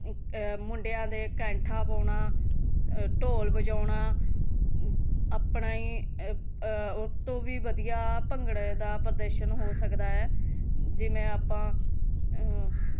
ਮੁੰਡਿਆਂ ਦੇ ਕੈਂਠਾ ਪਾਉਣਾ ਢੋਲ ਵਜਾਉਣਾ ਆਪਣਾ ਹੀ ਉਹਤੋਂ ਵੀ ਵਧੀਆ ਭੰਗੜੇ ਦਾ ਪ੍ਰਦਰਸ਼ਨ ਹੋ ਸਕਦਾ ਹੈ ਜਿਵੇਂ ਆਪਾਂ